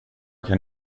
kan